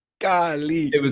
Golly